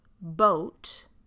boat